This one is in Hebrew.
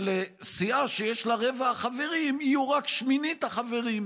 שלסיעה שיש לה רבע חברים, יהיו רק שמינית החברים.